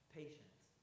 patience